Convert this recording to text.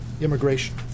immigration